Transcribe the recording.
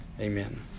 Amen